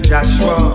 Joshua